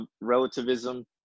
relativism